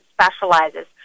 specializes